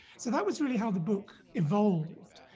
so that was really how the book evolved.